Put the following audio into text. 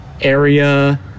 Area